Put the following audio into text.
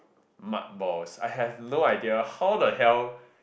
mud balls I have no idea how the hell